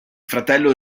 fratello